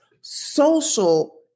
social